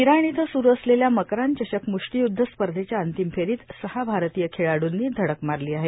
Iran इथं सुरू असलेल्या मक्रान चषक मुष्टियुद्ध स्पर्धेच्या अंतिम फेरीत सहा भारतीय खेळाडूंनी धडक मारली आहे